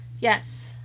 Yes